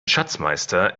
schatzmeister